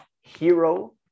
hero